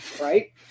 right